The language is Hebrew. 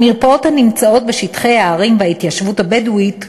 המרפאות הנמצאות בשטחי הערים בהתיישבות הבדואית,